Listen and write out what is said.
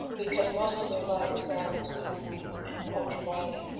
because most of their light is out in and the ultraviolet.